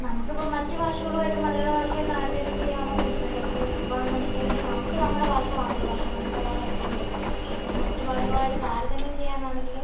നമുക്കിപ്പോൾ മറ്റു ഭാഷകളുമായിട്ട് മലയാള ഭാഷയെ താരതമ്യം ചെയ്യാമോയെന്ന് ചോദിച്ചിട്ടുണ്ടെങ്കിൽ ഇപ്പം എന്ന് വെച്ചിട്ടുണ്ടെങ്കിൽ നമുക്ക് നമ്മുടെ ഭാഷ മാതൃഭാഷ നമുക്കതാണ് ഏറ്റവും വലുത് പക്ഷെ ഇപ്പോൾ മറ്റു ഭാഷകളായിട്ട് താരതമ്യം ചെയ്യാനാണെങ്കിൽ